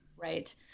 right